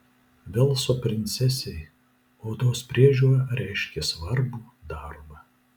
velso princesei odos priežiūra reiškė svarbų darbą